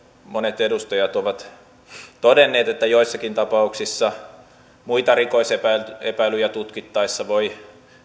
monet edustajat ovat myös todenneet että joissakin tapauksissa muita rikosepäilyjä rikosepäilyjä tutkittaessa voi